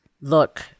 Look